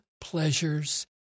pleasures